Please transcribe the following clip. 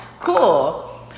cool